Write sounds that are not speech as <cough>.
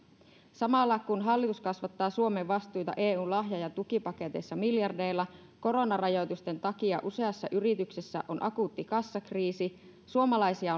samalla kun hallitus kasvattaa suomen vastuita eun lahja ja tukipaketeissa miljardeilla koronarajoitusten takia useassa yrityksessä on akuutti kassakriisi suomalaisia <unintelligible>